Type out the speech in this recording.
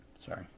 sorry